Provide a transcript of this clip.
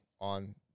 on